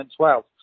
2012